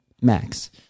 Max